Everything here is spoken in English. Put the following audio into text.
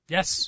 Yes